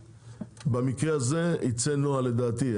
במקרה הזה, ייצא נוהל, לדעתי.